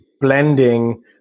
blending